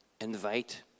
Invite